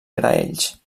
graells